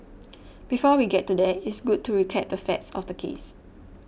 before we get to that it's good to recap the facts of the case